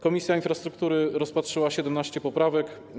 Komisja Infrastruktury rozpatrzyła 17 poprawek.